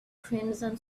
crimson